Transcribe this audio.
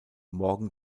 morgen